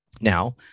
Now